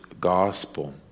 gospel